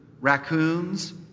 raccoons